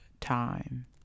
time